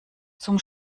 zum